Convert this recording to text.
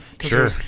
Sure